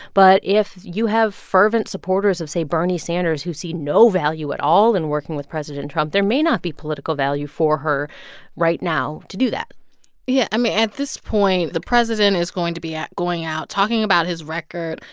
but if you have fervent supporters of, say, bernie sanders, who see no value at all in working with president trump, there may not be political value for her right now to do that yeah. i mean, at this point, the president is going to be going out talking about his record.